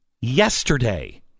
yesterday